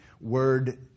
word